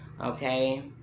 Okay